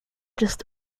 just